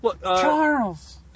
Charles